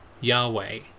Yahweh